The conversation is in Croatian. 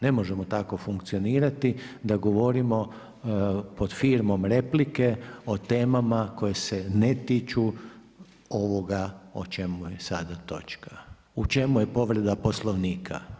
Ne možemo tako funkcionirati da govorimo pod firmom replike o temama koje se ne tiču ovoga o čemu je sada točka, u čemu je povreda poslovnika.